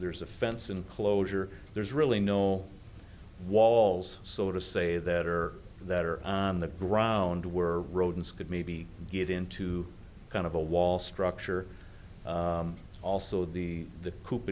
there's a fence enclosure there's really no walls so to say that are that are on the ground were rodents could maybe get into kind of a wall structure also the